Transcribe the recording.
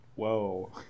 Whoa